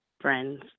friends